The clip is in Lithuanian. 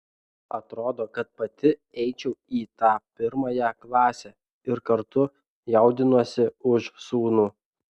atrodo kad pati eičiau į tą pirmąją klasę ir kartu jaudinuosi už sūnų